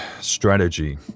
strategy